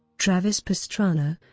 travis pastrana